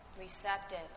Receptive